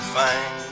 fine